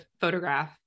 photograph